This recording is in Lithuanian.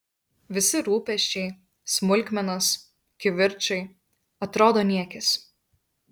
visi rūpesčiai smulkmenos kivirčai atrodo niekis